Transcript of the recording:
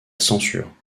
censure